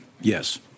Yes